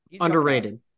Underrated